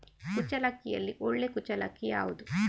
ಕುಚ್ಚಲಕ್ಕಿಯಲ್ಲಿ ಒಳ್ಳೆ ಕುಚ್ಚಲಕ್ಕಿ ಯಾವುದು?